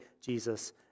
Jesus